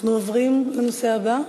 אנחנו עוברים לנושא הבא,